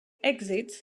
exits